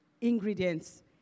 ingredients